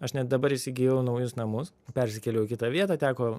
aš net dabar įsigijau naujus namus persikėliau į kitą vietą teko